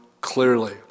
clearly